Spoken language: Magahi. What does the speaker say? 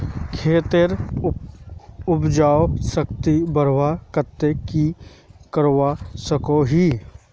खेतेर उपजाऊ शक्ति बढ़वार केते की की करवा सकोहो ही?